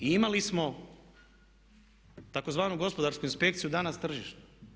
I imali smo tzv. Gospodarsku inspekciju, a danas tržišnu.